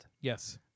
Yes